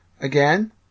again